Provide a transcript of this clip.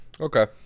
Okay